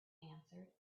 answered